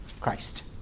Christ